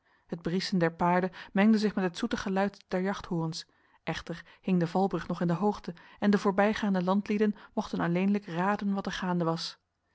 het briesen der paarden mengde zich met het zoete geluid der jachthorens echter hing de valbrug nog in de hoogte en de voorbijgaande landlieden mochten alleenlijk raden wat er gaande was